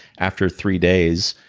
after three days,